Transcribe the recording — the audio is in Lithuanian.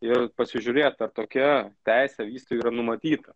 ir pasižiūrėt ar tokia teisė vystytojo yra numatyta